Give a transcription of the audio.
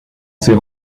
ces